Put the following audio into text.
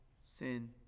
sin